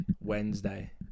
Wednesday